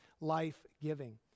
life-giving